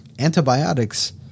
antibiotics